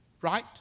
right